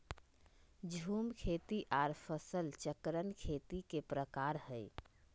झूम खेती आर फसल चक्रण खेती के प्रकार हय